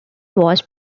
was